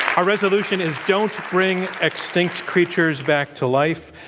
our resolution is don't bring extinct creatures back to life.